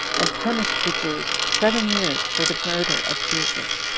and punished the jews seven years for the murder of jesus.